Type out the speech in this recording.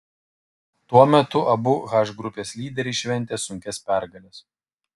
tuo metu abu h grupės lyderiai šventė sunkias pergales